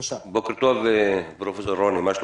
בוקר טוב, פרופ' רוני, מה שלומך?